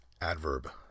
adverb